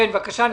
בקצרה.